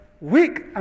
weak